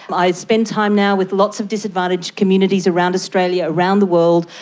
i spend time now with lots of disadvantaged communities around australia, around the world.